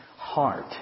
heart